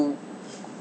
to